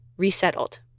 Resettled